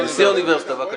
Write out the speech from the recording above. נשיא האוניברסיטה, בבקשה.